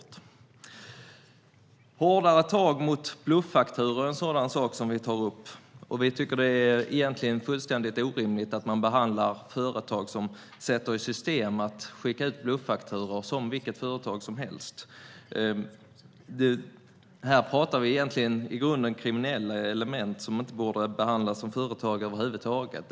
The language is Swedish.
Vi vill se hårdare tag mot bluffakturor. Det är fullständigt orimligt att man behandlar företag som sätter i system att skicka ut bluffakturor som vilket företag som helst. Vi talar om kriminella element som inte borde behandlas som företag över huvud taget.